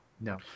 No